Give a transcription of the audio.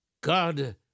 God